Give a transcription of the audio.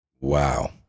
Wow